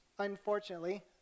Unfortunately